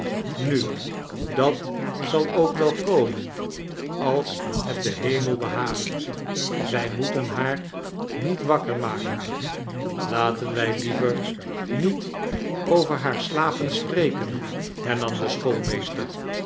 nu dat zal ook wel komen als het den hemel behaagt wij moeten haar niet wakker maken laten wij liever niet over haar slapen spreken hernam de